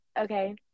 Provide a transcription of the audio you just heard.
okay